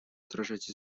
отражать